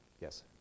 Yes